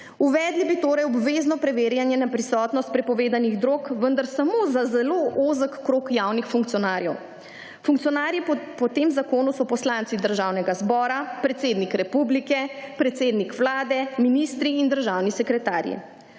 Uvedli bi torej obvezno preverjanje na prisotnost prepovedanih drog, vendar samo za zelo ozek krog javnih funkcionarjev. Funkcionarji po tem zakonu so poslanci državnega zbora, predsednik republike, predsednik vlade, ministri in državni sekretarji.